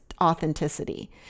authenticity